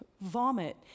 vomit